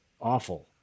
awful